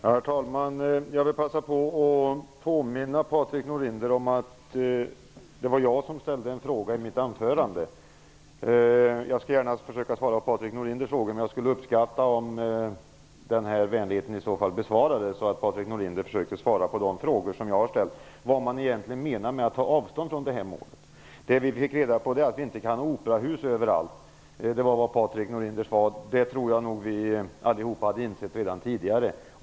Herr talman! Jag vill passa på att påminna Patrik Norinder om att det var jag som ställde en fråga i mitt anförande. Jag skall gärna försöka att svara på Patrik Norinders frågor, men jag skulle uppskatta om den vänligheten besvarades genom att Patrik Norinder försökte svara på de frågor som jag har ställt om vad man egentligen menar med att ta avstånd från målet. Vad vi fick reda på är att vi inte kan ha operahus överallt. Det var vad Patrik Norinder sade, och det tror jag nog att vi allihop hade insett redan tidigare.